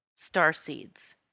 starseeds